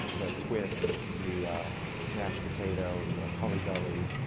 the twist, the mashed potato, the the hully gully.